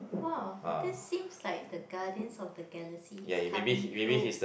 !wow! that seems like the Guardians of the Galaxy is coming true